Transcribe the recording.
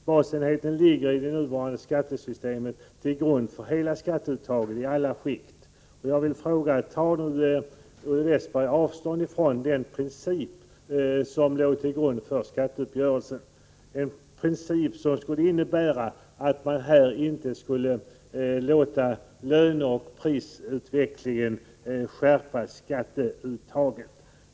Basenheten ligger i det nuvarande skattesystemet till grund för hela skatteuttaget i alla skikt. Jag vill fråga: Tar nu Olle Westberg avstånd från den princip som låg till grund för skatteuppgörelsen — en princip som skulle innebära att man inte skulle låta löneoch prisutvecklingen skärpa skatteuttaget?